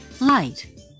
Light